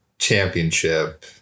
championship